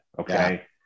Okay